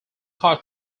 car